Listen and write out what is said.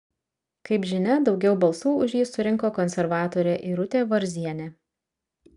kaip žinia daugiau balsų už jį surinko konservatorė irutė varzienė